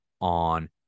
on